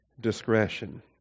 discretion